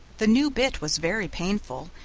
the new bit was very painful,